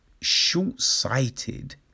short-sighted